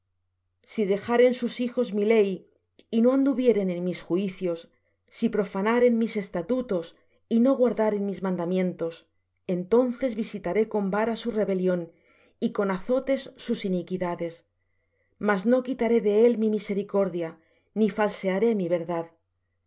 si dejaren sus hijos mi ley y no anduvieren en mis juicios si profanaren mis estatutos y no guardaren mis mandamientos entonces visitaré con vara su rebelión y con azotes sus iniquidades mas no quitaré de él mi misericordia ni falsearé mi verdad no